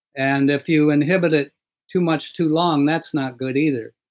and if you inhibit it too much too long, that's not good either.